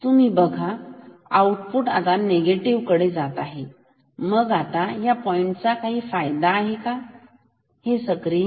तुम्ही बघू शकता आउट आता निगेटिव्ह कडे जात आहे मग आता पॉईंटचा काही फायदा नाही म्हणजे ते सक्रिय नाही